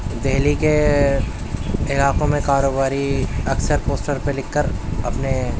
دہلی کے علاقوں میں کاروباری اکثر پوسٹر پر لکھ کر اپنے